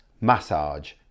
Massage